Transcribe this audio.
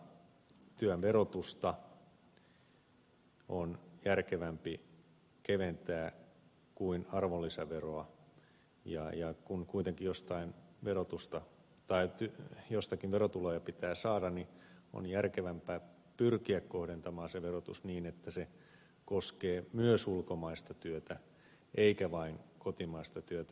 toisaalta työn verotusta on järkevämpi keventää kuin arvonlisäveroa ja kun kuitenkin jostain verotuloja pitää saada niin on järkevämpää pyrkiä kohdentamaan se verotus niin että se koskee myös ulkomaista työtä eikä vain kotimaista työtä